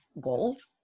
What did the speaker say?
goals